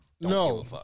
No